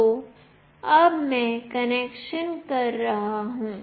तो अब मैं कनेक्शन कर रहा हूँ